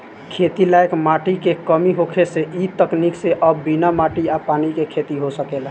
खेती लायक माटी के कमी होखे से इ तकनीक से अब बिना माटी आ पानी के खेती हो सकेला